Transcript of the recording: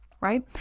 right